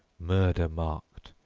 murder-marked,